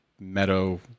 meadow